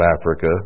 Africa